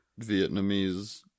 Vietnamese